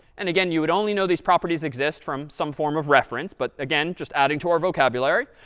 and again, you would only know these properties exist from some form of reference. but again, just adding to our vocabulary.